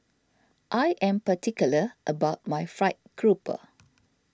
I am particular about my Fried Grouper